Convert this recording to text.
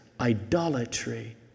idolatry